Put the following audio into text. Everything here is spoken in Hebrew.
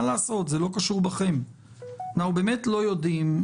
מה לעשות, זה לא קשור בכם, אנחנו באמת לא יודעים.